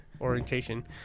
orientation